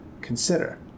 consider